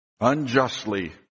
unjustly